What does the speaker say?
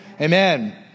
Amen